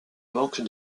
manque